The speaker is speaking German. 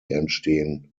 entstehen